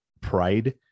pride